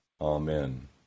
amen